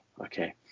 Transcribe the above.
okay